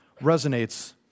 resonates